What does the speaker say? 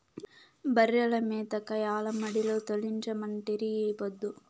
బర్రెల మేతకై ఆల మడిలో తోలించమంటిరి ఈ పొద్దు